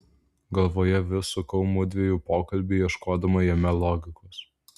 galvoje vis sukau mudviejų pokalbį ieškodama jame logikos